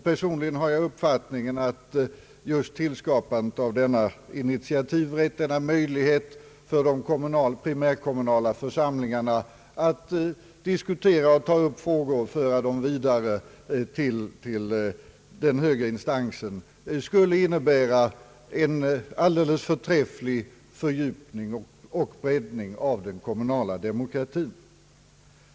Personligen har jag uppfattningen att just tillskapandet av denna initiativrätt, som ger de primärkommunala församlingarna möjlighet att ta upp och diskutera frågor samt föra dem vidare till den högre instansen, skulle innebära en alldeles förträfflig fördjupning och breddning av den kommunala demokratin.